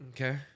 Okay